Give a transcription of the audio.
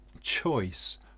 choice